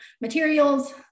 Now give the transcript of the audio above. materials